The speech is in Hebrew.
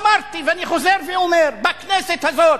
אמרתי, ואני חוזר ואומר: בכנסת הזאת,